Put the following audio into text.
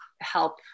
help